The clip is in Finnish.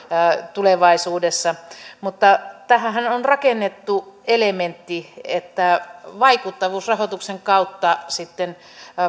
tulevaisuudessa mutta tähänhän on rakennettu elementti että vaikuttavuusrahoituksen kautta sitten